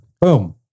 Boom